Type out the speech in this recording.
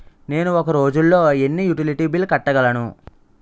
నేను ఒక రోజుల్లో ఎన్ని యుటిలిటీ బిల్లు కట్టగలను?